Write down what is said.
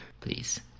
please